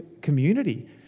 community